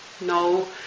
no